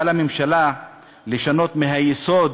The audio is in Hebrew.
על הממשלה לשנות מהיסוד